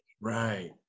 Right